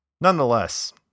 Nonetheless